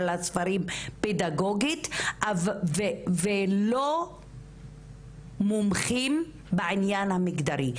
הספרים פדגוגית ולא מומחים בענין המגדרי.